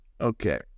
Okay